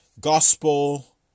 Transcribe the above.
gospel